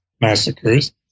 massacres